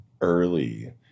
early